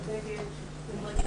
המרכזי.